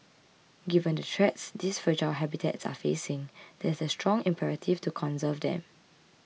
given the threats these fragile habitats are facing there is a strong imperative to conserve them